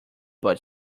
but